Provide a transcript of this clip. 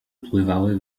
pływały